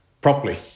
properly